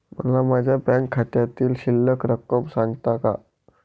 मला माझ्या बँक खात्यातील शिल्लक रक्कम सांगता का?